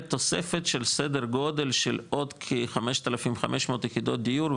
תוספת של סדר גדול של עוד כ-5,500 יחידות דיור,